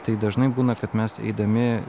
tai dažnai būna kad mes eidami